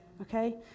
Okay